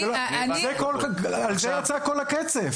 על זה יצא כל הקצף.